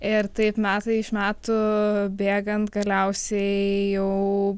ir taip metai iš metų bėgant galiausiai jau